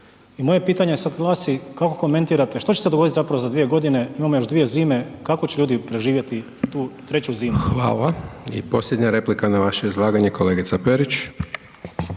moje pitanje sad glasi kako komentirate što će se dogoditi zapravo za 2 godine, imamo još dvije zime kako će ljudi preživjeti tu treću zimu? **Hajdaš Dončić, Siniša (SDP)** Hvala. I posljednja replika na vaše izlaganje, kolegica Perić.